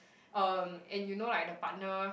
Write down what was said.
um and you know like the partner